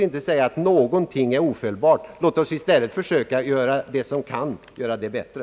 Ingenting är ofelbart, herr Björk, men låt oss försöka göra det bättre som kan göras bättre.